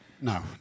No